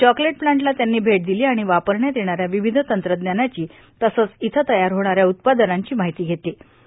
chocolate प्लान्टला त्यांनी भेट दिलो आण वापरण्यात येणाऱ्या र्वावध तंत्रज्ञानाची तसंच इथं तयार होणाऱ्या उत्पादनांची मर्माहती घेतलो